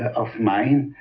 of mine,